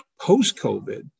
Post-COVID